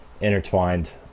intertwined